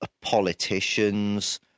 politicians